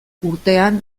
urtean